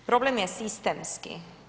Problem je sistemski.